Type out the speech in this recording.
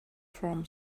from